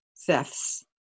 thefts